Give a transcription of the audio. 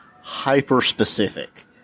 hyper-specific